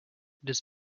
does